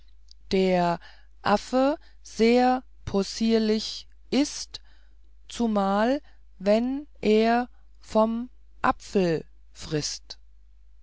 der affe sehr possierlich ist zumal wann er vom apfel frißt